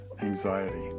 anxiety